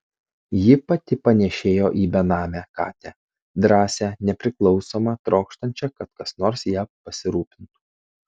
ji pati panėšėjo į benamę katę drąsią nepriklausomą trokštančią kad kas nors ja pasirūpintų